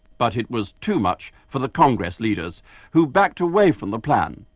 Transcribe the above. but it was too much for the congress leaders who backed away from the plan.